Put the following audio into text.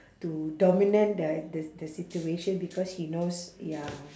to dominant the the the situation because he knows ya